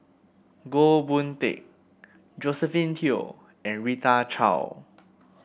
Goh Boon Teck Josephine Teo and Rita Chao